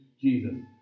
Jesus